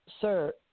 sir